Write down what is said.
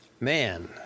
Man